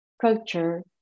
culture